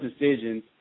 decisions